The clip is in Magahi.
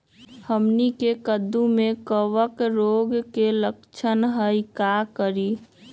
हमनी के कददु में कवक रोग के लक्षण हई का करी?